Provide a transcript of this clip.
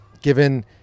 given